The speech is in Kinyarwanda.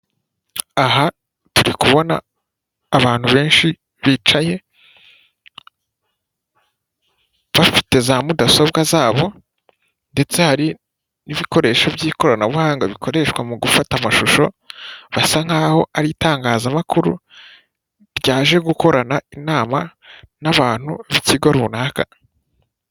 Aha turi kubona abantu benshi bicaye bafite za mudasobwa zabo, ndetse hari n'ibikoresho by'ikoranabuhanga bikoreshwa mu gufata amashusho, basa nk'aho ari itangazamakuru ryaje gukorana inama n'abantu b'ikigo runaka.